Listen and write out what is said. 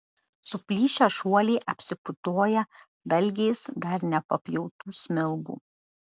suplyšę šuoliai apsiputoja dalgiais dar nepapjautų smilgų